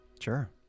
Sure